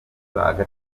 imanza